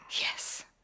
Yes